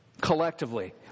Collectively